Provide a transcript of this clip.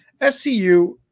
SCU